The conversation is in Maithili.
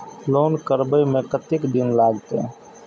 लोन करबे में कतेक दिन लागते?